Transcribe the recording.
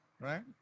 Right